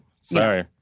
Sorry